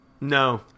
No